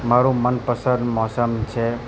મારી મનપસંદ મોસમ છે